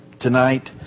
tonight